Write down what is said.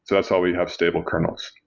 that's how we have stable kernels.